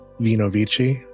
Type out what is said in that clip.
Vinovici